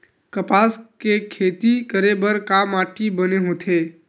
कपास के खेती करे बर का माटी बने होथे?